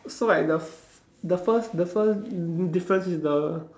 so like the f~ the first the first difference is the